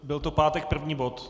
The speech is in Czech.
Byl to pátek první bod.